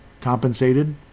compensated